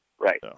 Right